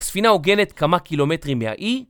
ספינה עוגנת כמה קילומטרים מהאי...